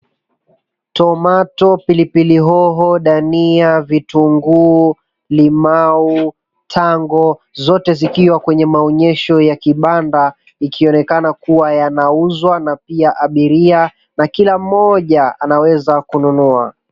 Tomato, pilipili hoho, dania vitunguu, limau, tango zote zikiwa kwenye maonyesho ya kibanda, ikionekana kuwa yanauzwa na pia abiria na kila mmoja anaweza kununua.